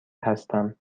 هستم